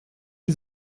die